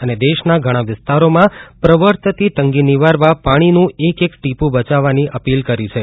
અને દેશના ઘણા વિસ્તારોમાં પ્રવર્તતી તંગી નિવારવા પાણીનું એક એક ટીપું બચાવવા અપીલ કરી છે